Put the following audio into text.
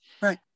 Right